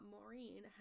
Maureen